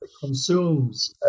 consumes